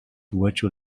virtual